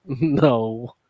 No